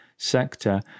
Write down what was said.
sector